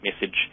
message